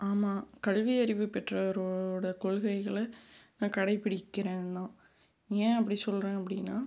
ஆமாம் கல்வி அறிவு பெற்றவரோடய கொள்கைகளை நான் கடைப்பிடிக்கிறேந்தான் ஏன் அப்படி சொல்கிறேன் அப்படின்னா